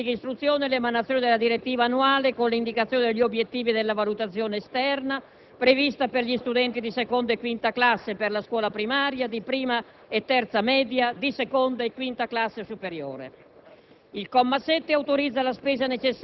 Nello stesso comma si affida al Ministro della pubblica istruzione l'emanazione della direttiva annuale con l'indicazione degli obiettivi della valutazione esterna prevista per gli studenti di seconda e quinta classe per la scuola primaria, di prima e terza media, di seconda e quinta classe superiore.